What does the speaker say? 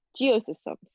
geosystems